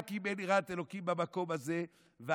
רק אם אין יראת אלוקים במקום הזה והרגוני,